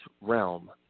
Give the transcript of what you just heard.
realm